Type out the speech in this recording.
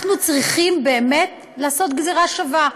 אנחנו צריכים באמת לעשות גזרה שווה: